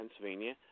Pennsylvania